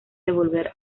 devolver